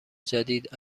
جدید